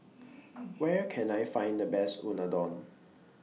Where Can I Find The Best Unadon